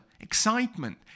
excitement